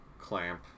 clamp